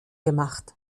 gemacht